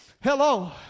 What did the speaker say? Hello